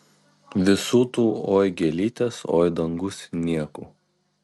visų tų oi gėlytės oi dangus niekų